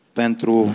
pentru